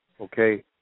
okay